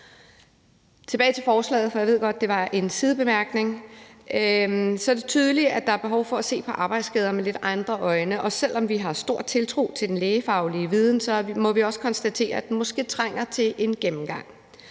længere kan varetage sit job. Jeg ved godt, at det var en sidebemærkning, så tilbage til forslaget. Det er tydeligt, at der er behov for at se på arbejdsskader med lidt andre øjne, og selv om vi har stor tiltro til den lægefaglige viden, må vi også konstatere, at den måske trænger til en gennemgang.